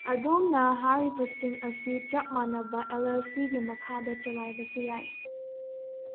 ꯑꯗꯣꯝꯅ ꯍꯥꯏꯔꯤꯕꯁꯤꯡ ꯑꯁꯤ ꯆꯞ ꯃꯥꯟꯅꯕ ꯑꯦꯜ ꯑꯦꯜ ꯁꯤꯒꯤ ꯃꯈꯥꯗ ꯆꯂꯥꯏꯕꯁꯨ ꯌꯥꯏ